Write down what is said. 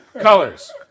colors